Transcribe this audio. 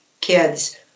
kids